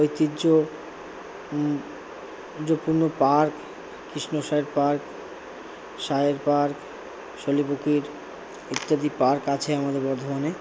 ঐতিহ্য park Krishna Sayar park Sayar park Shulipukur ইত্যাদি park আছে আমাদের বর্ধমানে